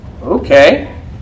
Okay